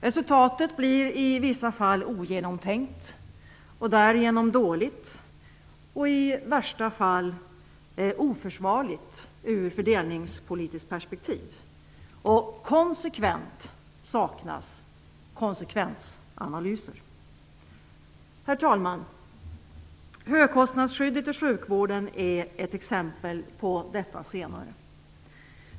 Resultatet blir i vissa fall ogenomtänkt och därigenom dåligt, och i värsta fall oförsvarligt ur fördelningspolitiskt perspektiv. Konsekvent saknas konsekvensanalyser. Herr talman! Högkostnadsskyddet i sjukvården är exempel på detta senare.